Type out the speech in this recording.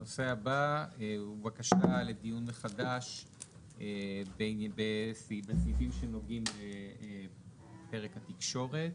הנושא הבא הוא בקשה לדיון מחדש בסעיפים שנוגעים לפרק התקשורת.